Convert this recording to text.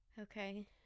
Okay